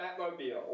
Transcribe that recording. Batmobile